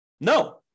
No